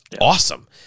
awesome